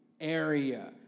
area